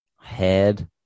head